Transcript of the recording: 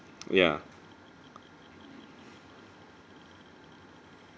ya